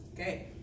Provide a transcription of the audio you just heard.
okay